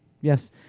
yes